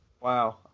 wow